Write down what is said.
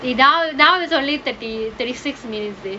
the data now there's only that the thirty six minutes